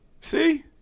See